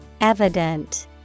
Evident